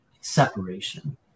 separation